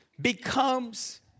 becomes